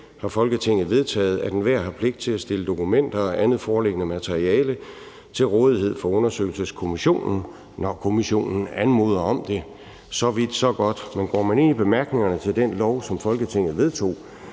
har Folketinget vedtaget, at enhver har pligt til at stille dokumenter og andet foreliggende materiale til rådighed for undersøgelseskommissionen, når kommissionen anmoder om det – så vidt, så godt – men går man ind i bemærkningerne til den lov, som Folketinget vedtog,